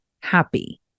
happy